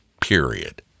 period